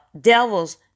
devils